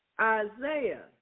Isaiah